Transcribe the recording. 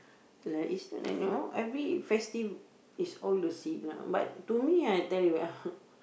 there is you know every festive is all the same lah but to me I tell you ah